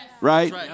Right